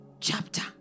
chapter